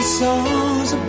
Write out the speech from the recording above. songs